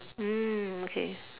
mm okay